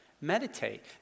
Meditate